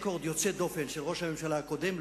רקורד יוצא דופן של ראש הממשלה הקודם,